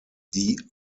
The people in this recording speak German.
die